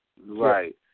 Right